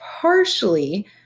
partially